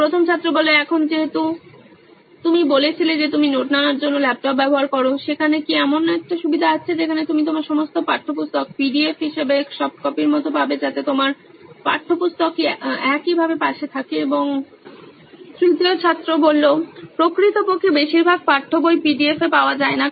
প্রথম ছাত্র এখন যেহেতু তুমি বলেছিলে যে তুমি নোট নেওয়ার জন্য ল্যাপটপ ব্যবহার করো সেখানে কি এমন একটি সুবিধা আছে যেখানে তুমি তোমার সমস্ত পাঠ্যপুস্তক পিডিএফ হিসাবে সফট কপির মতো পাবে যাতে তোমার পাঠ্যপুস্তকও একইভাবে পাশে থাকে এবং তৃতীয় ছাত্র প্রকৃতপক্ষে বেশিরভাগ পাঠ্য বই পিডিএফ এ পাওয়া যায় না